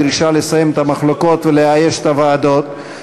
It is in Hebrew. בדרישה לסיים את המחלוקות ולאייש את הוועדות,